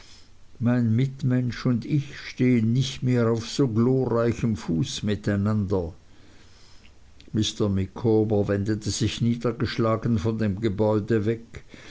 mein mitmensch und ich stehen nicht mehr auf so glorreichem fuß miteinander mr micawber wendete sich niedergeschlagen von dem gebäude weg